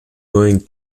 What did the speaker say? going